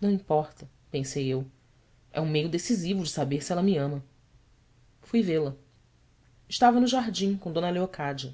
não importa pensei eu é um meio decisivo de saber se ela me ama fui vê-la estava no jardim com d leocádia